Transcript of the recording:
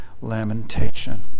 lamentation